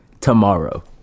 tomorrow